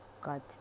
god